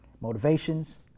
motivations